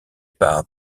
par